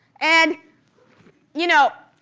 and you know,